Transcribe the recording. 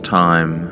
time